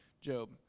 Job